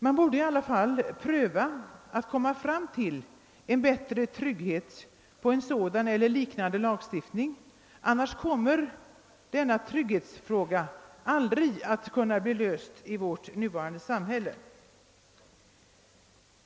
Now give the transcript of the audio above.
Man borde i alla fall pröva, om man inte kunde åstadkomma bättre trygghet med lagstiftning; annars kommer detta trygghetsproblem aldrig att bli löst i vårt nuvarande samhälle.